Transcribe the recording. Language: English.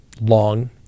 long